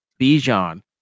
Bijan